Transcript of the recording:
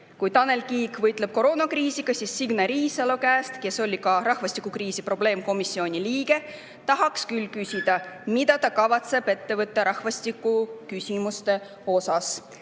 Kui Tanel Kiik võitleb koroonakriisiga, siis Signe Riisalo käest, kes oli ka rahvastikukriisi probleemkomisjoni liige, tahaks küll küsida, mida ta kavatseb ette võtta rahvastikuküsimustega.